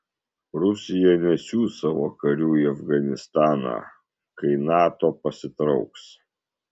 rusija nesiųs savo karių į afganistaną kai nato pasitrauks